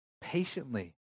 patiently